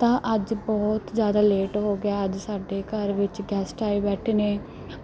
ਤਾਂ ਅੱਜ ਬਹੁਤ ਜ਼ਿਆਦਾ ਲੇਟ ਹੋ ਗਿਆ ਅੱਜ ਸਾਡੇ ਘਰ ਵਿੱਚ ਗੈਸਟ ਆਏ ਬੈਠੇ ਨੇ